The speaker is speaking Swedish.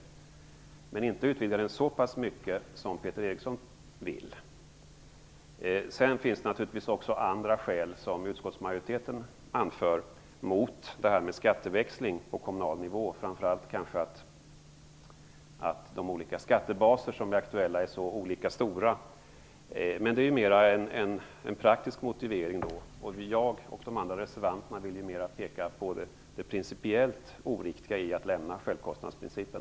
Men den skall inte utvidgas så pass mycket som Peter Sedan finns det naturligtvis också andra skäl som utskottsmajoriteten anför mot skatteväxling på kommunal nivå. Det gäller framför allt att de skattebaser som blir aktuella är så olika stora. Men det är en mer praktisk motivering. Både jag och de andra reservanterna vill mer peka på det principiellt oriktiga i att lämna självkostnadsprincipen.